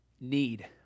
need